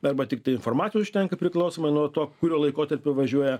arba tiktai informatui užtenka priklausomai nuo to kuriuo laikotarpiu važiuoja